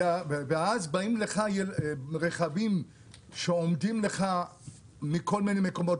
ואז באים רכבים שעומדים מכל מיני מקומות,